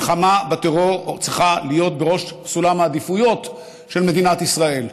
מלחמה בטרור צריכה להיות בראש סולם העדיפויות של מדינת ישראל,